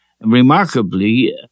remarkably